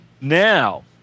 now